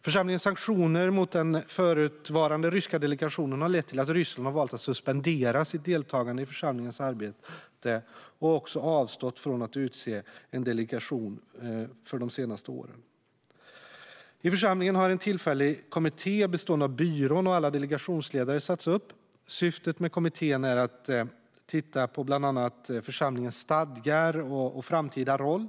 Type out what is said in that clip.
Församlingens sanktioner mot den förutvarande ryska delegationen har lett till att Ryssland har valt att suspendera sitt deltagande i församlingens arbete och också avstått från att utse en delegation för de senaste åren. I församlingen har en tillfällig kommitté bestående av byrån och alla delegationsledare upprättats. Syftet med kommittén är att titta bland annat på församlingens stadgar och framtida roll.